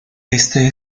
este